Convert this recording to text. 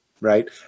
Right